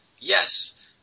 Yes